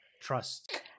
trust